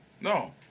No